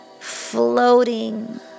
floating